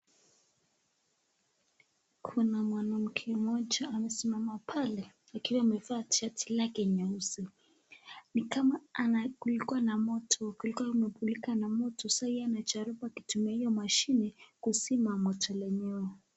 Kuna mwanamke moja amesimama pale, akiwa amevaa shati lake nyeusi. Nikama kulikuwa na moto, kulikuwa na moto sasa anajaribu kutumia hiyo mashine kuzima moto lenyewe.